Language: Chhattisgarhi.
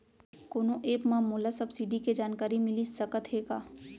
कोनो एप मा मोला सब्सिडी के जानकारी मिलिस सकत हे का?